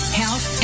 health